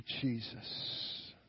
Jesus